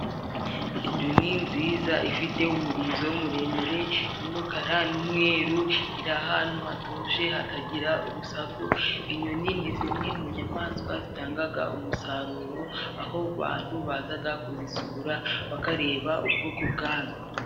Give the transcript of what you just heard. Inyoni nziza ifite umurizo muremure y'umukara n'umweru, iri ahantu hatuje hatagira urusaku. Inyoni ni zimwe mu nyamaswa zitangaga umusaruro, aho bantu bazaga kuzisura bakareba ubwoko bwazo.